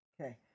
Okay